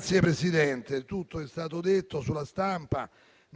Signor Presidente, tutto è stato detto sulla stampa e